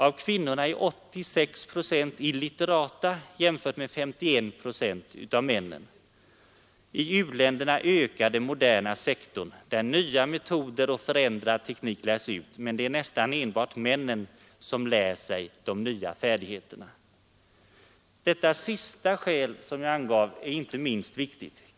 Av kvinnorna är 86 procent illiterata jämfört med 51 procent av männen. I u-länderna ökar den moderna sektorn, där nya metoder och förändrad teknik lärs ut, men det är nästan enbart männen som lär sig de nya färdigheterna. Detta sista skäl som jag angav är inte minst viktigt.